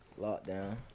lockdown